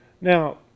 Now